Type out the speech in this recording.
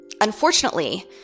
Unfortunately